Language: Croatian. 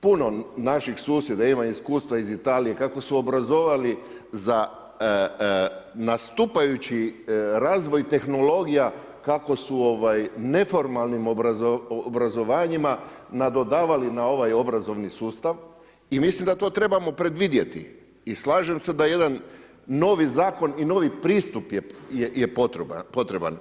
Puno naših susjeda ima iskustva iz Italije kako su obrazovali za nastupajući razvoj tehnologija, kako su neformalnim obrazovanjima nadodavali na ovaj obrazovni sustav i mislim da to trebamo predvidjeti i slažem se da jedan novi zakon i novi pristup je potreban.